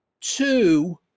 Two